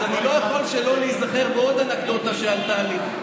אז אני לא יכול שלא להיזכר בעוד אנקדוטה שעלתה לי.